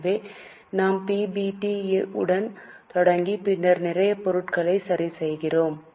எனவே நாம் PBT உடன் தொடங்கி பின்னர் நிறைய பொருட்களை சரிசெய்கிறோம்